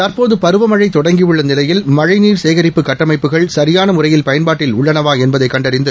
தற்போது பருவமளழ தொடங்கியுள்ள நிலையில் மழழநீர் சேகரிப்புக் கட்டமைப்புகள் சரியான முறையில் பயன்பாட்டில் உள்ளனவா என்பதைக் கண்டறிந்து